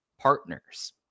partners